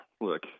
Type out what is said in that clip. look